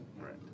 Right